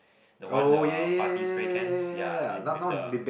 the one the party spray cans ya and with the